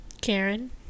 Karen